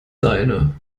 deine